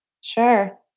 Sure